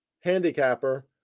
handicapper